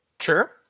Sure